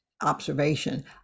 observation